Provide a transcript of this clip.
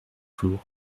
flour